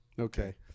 Okay